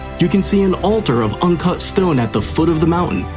you can see an altar of uncut stone at the foot of the mountain,